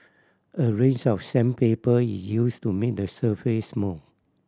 a range of sandpaper is used to make the surface smooth